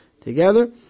together